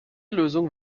lösung